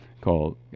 called